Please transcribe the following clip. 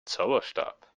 zauberstab